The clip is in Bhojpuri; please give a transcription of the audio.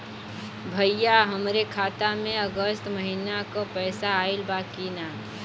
भईया हमरे खाता में अगस्त महीना क पैसा आईल बा की ना?